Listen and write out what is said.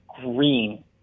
green